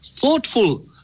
thoughtful